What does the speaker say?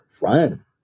run